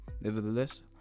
Nevertheless